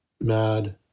mad